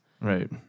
Right